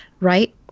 right